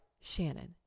Shannon